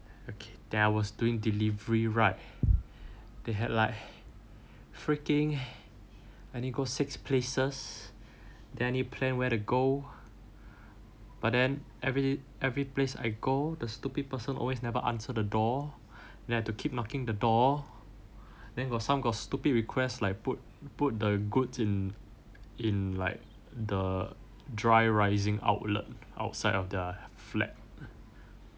then I was doing delivery right they had like freaking I need go six places then I need plan where to go but then but every place I go the stupid person always never answer the door then I have to keep knocking the door then got some got stupid request like put put the goods in in the like the dry rising outlet outside of their flat